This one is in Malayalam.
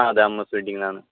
ആ അതെ അമ്മൂസ് വെഡിങ്ങ് എന്നാണ്